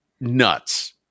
nuts